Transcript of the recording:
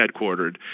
headquartered